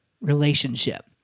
relationship